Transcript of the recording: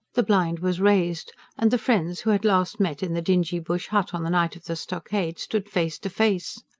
the blind was raised and the friends, who had last met in the dingy bush hut on the night of the stockade, stood face to face.